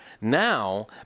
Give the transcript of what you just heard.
now